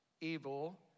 evil